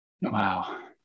Wow